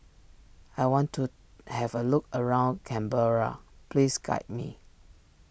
I want to have a look around Canberra please guide me